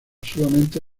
solamente